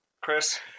Chris